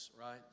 right